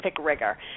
rigor